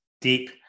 deep